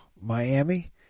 Miami